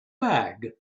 bag